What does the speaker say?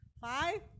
five